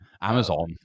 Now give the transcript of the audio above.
amazon